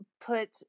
put